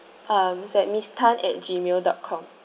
um it's at miss tan at G mail dot com